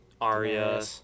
Arya